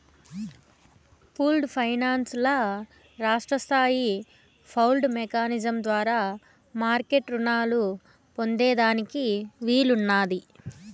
pooled finance ల రాష్ట్రస్తాయి pooled mechanism ద్వారా మార్మెట్ రునాలు పొందేదానికి వీలున్నాది